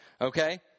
okay